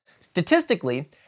statistically